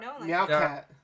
Meowcat